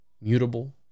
mutable